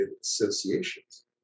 associations